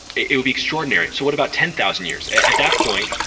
it it would be extraordinary so what about ten thousand years? at that point,